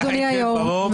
אדוני היושב-ראש,